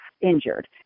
injured